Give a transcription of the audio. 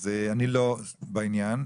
אז אני לא בעניין,